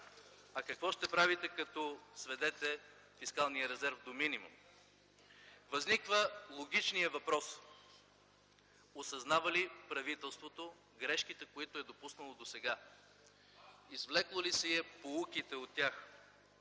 А какво ще правите, като сведете фискалния резерв до минимум? Възниква логичният въпрос: осъзнава ви правителството грешките, които е допуснало досега? РЕПЛИКА ОТ ГЕРБ: Вашите!